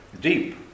deep